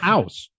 House